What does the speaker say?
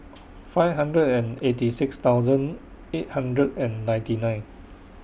five hundred and eighty six thousand eight hundred and ninety nine